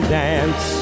dance